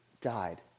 died